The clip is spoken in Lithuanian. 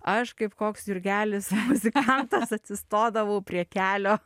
aš kaip koks jurgelis muzikantas atsistodavau prie kelio